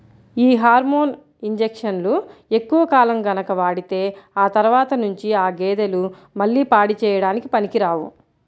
యీ హార్మోన్ ఇంజక్షన్లు ఎక్కువ కాలం గనక వాడితే ఆ తర్వాత నుంచి ఆ గేదెలు మళ్ళీ పాడి చేయడానికి పనికిరావు